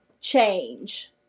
change